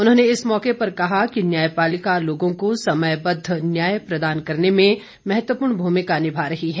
उन्होंने इस मौके पर कहा कि न्यायपालिका लोगों को समयबद्ध न्याय प्रदान करने में महत्वपूर्ण भूमिका निभा रही है